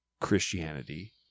Christianity